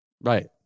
right